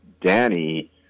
Danny